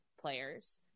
players